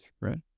right